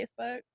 Facebook